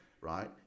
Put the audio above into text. right